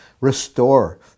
Restore